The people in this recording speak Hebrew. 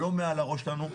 לא מעל הראש שלנו.